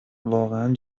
واقعا